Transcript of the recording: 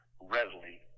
readily